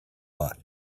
lot